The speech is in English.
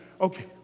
Okay